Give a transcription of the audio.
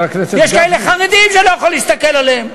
ויש כאלה חרדים שאני לא יכול להסתכל עליהם.